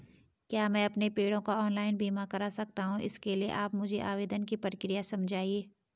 क्या मैं अपने पेड़ों का ऑनलाइन बीमा करा सकता हूँ इसके लिए आप मुझे आवेदन की प्रक्रिया समझाइए?